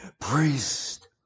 priest